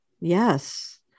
Yes